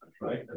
Right